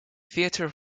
theatre